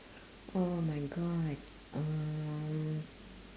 oh my god um